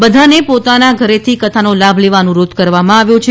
બધાને પોતાના ઘેરથી કથાનો લાભ લેવા અનુરોધ કરવામાં આવ્યો છે